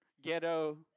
ghetto